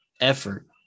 effort